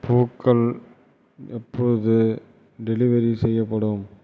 பூக்கள் எப்போது டெலிவரி செய்யப்படும்